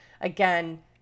again